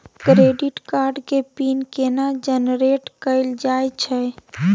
Credit card के PIN केना generate कैल जाए छै?